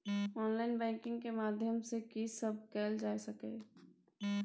Online banking के माध्यम सं की सब कैल जा सके ये?